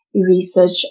research